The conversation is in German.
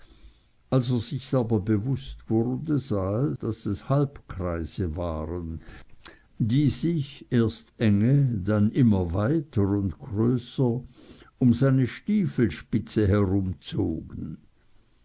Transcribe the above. als er sich's aber bewußt wurde sah er daß es halbkreise waren die sich erst enge dann immer weiter und größer um seine stiefelspitze herumzogen